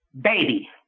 baby